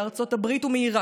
מארצות הברית ומעיראק,